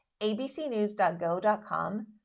abcnews.go.com